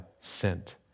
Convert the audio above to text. sent